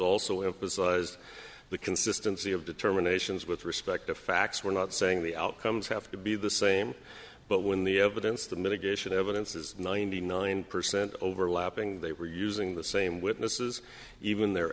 also emphasized the consistency of determinations with respect to facts we're not saying the outcomes have to be the same but when the evidence the mitigation evidence is ninety nine percent overlapping they were using the same witnesses even the